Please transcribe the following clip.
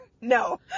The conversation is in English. No